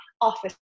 office